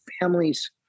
families